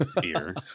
beer